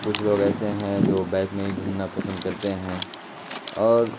کچھ لوگ ایسے ہیں جو بائک میں ہی گھومنا پسند کرتے ہیں اور